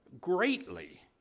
greatly